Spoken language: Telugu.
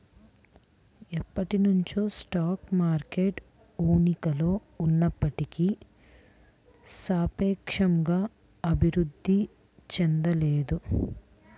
ఎప్పటినుంచో స్టాక్ మార్కెట్ ఉనికిలో ఉన్నప్పటికీ సాపేక్షంగా అభివృద్ధి చెందలేదు